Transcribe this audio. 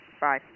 Bye